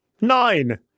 Nine